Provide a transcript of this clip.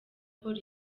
paul